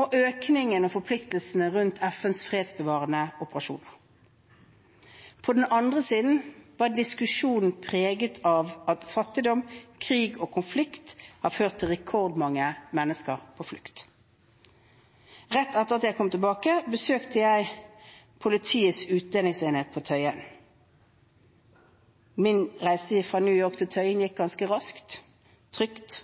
og økningen og forpliktelsene rundt FNs fredsbevarende operasjoner. På den andre siden var diskusjonen preget av at fattigdom, krig og konflikt har ført til rekordmange mennesker på flukt. Rett etter at jeg kom tilbake, besøkte jeg Politiets utlendingsenhet på Tøyen. Min reise fra New York til Tøyen gikk ganske raskt, trygt